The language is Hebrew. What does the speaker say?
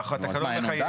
מה, אין אומדן?